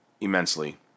immensely